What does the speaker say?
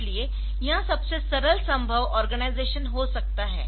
इसलिए यह सबसे सरल संभव आर्गेनाइजेशन हो सकता है